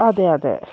അതെ അതെ